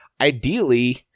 ideally